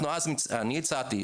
אני הצעתי,